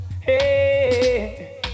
hey